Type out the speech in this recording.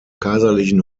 kaiserlichen